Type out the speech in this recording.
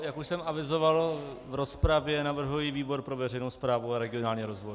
Jak už jsem avizoval v rozpravě, navrhuji výbor pro veřejnou správu a regionální rozvoj.